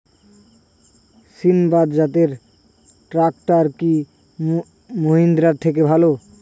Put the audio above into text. সিণবাদ জাতের ট্রাকটার কি মহিন্দ্রার থেকে ভালো?